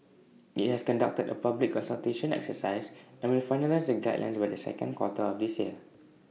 IT has conducted A public consultation exercise and will finalise the guidelines by the second quarter of this year